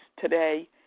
today